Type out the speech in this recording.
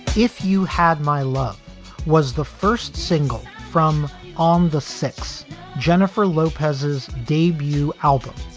if you had my love was the first single from on the six jennifer lopez's debut album,